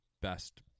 best